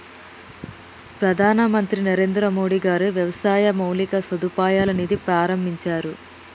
ప్రధాన మంత్రి నరేంద్రమోడీ గారు వ్యవసాయ మౌలిక సదుపాయాల నిధి ప్రాభించారు